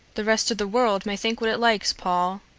the rest of the world may think what it likes, paul,